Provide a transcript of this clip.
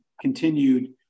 continued